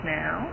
now